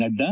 Nadda